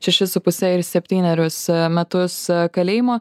šešis su puse ir septynerius metus kalėjimo